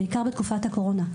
בעיקר בתקופת הקורונה.